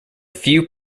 few